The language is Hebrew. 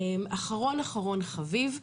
אחרון אחרון חביב.